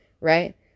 right